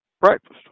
breakfast